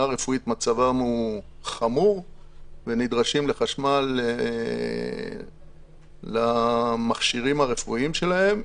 רפואית מצבם חמור והם נדרשים לחשמל עבור המכשירים הרפואיים שלהם.